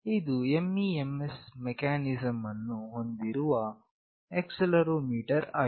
ಇದು MEMS mechanism ಅನ್ನು ಹೊಂದಿರುವ ಆಕ್ಸೆಲೆರೋಮೀಟರ್ ಆಗಿದೆ